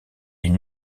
une